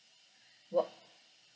what